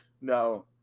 No